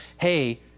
hey